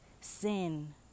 sin